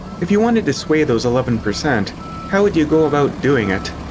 if you wanted to sway those eleven percent how would you go about doing it?